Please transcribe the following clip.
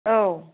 औ